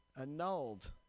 annulled